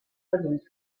unterwegs